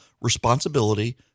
responsibility